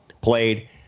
played